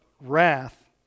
wrath